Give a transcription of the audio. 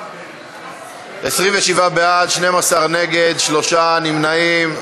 27 בעד, 12 נגד, שלושה נמנעים.